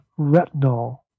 retinol